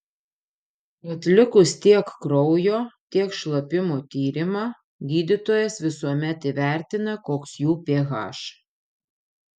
atlikus tiek kraujo tiek šlapimo tyrimą gydytojas visuomet įvertina koks jų ph